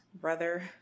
brother